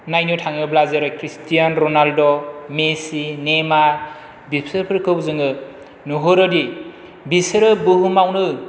नायनो थाङोब्ला Cristiano Ronaldo Messi Neymar बिसोरफोरखौ जोङो नुहरोदि बिसोर बुहुमावनो